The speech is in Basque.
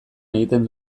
egiten